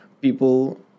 people